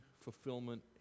fulfillment